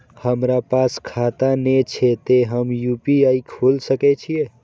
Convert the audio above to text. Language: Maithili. हमरा पास खाता ने छे ते हम यू.पी.आई खोल सके छिए?